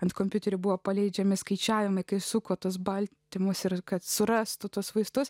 ant kompiuteryje buvo paleidžiami skaičiavimai kai sukurtus baltymus ir kad surastų tuos vaistus